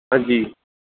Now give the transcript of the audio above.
हां जी